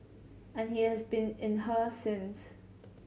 and he has been in her since